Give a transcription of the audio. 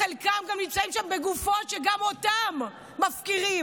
חלקם גם נמצאים שם כגופות, שגם אותן מפקירים.